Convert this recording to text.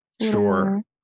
Sure